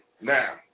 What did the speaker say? now